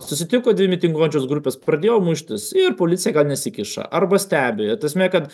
susitiko dvi mitinguojančios grupės pradėjo muštis ir policija gal nesikiša arba stebi ta prasme kad